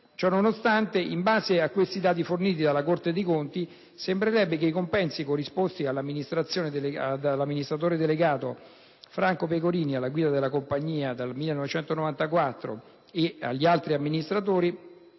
Ciò nonostante, in base ai dati forniti dalla Corte dei conti, sembrerebbe che i compensi corrisposti all'amministratore delegato Franco Pecorini, alla guida della compagnia dal 1984, e agli altri amministratori